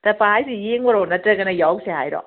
ꯆꯠꯄ ꯍꯥꯏꯁꯦ ꯌꯦꯡꯕꯔꯣ ꯅꯠꯇ꯭ꯔꯒꯅ ꯌꯥꯎꯁꯦ ꯍꯥꯏꯔꯣ